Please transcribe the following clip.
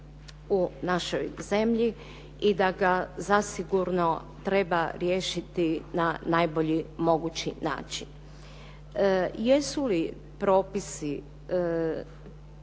u našoj zemlji i da ga zasigurno treba riješiti na najbolji mogući način. Jesu li propisi